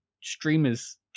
streamers